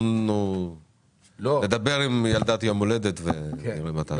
אנחנו נדבר עם ילדת יום ההולדת ונראה מתי.